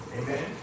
Amen